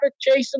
chasing